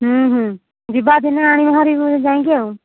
ହୁଁ ହୁଁ ଯିବା ଦିନେ ଆଣିବା ଭାରି ଯାଇକି ଆଉ